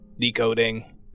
decoding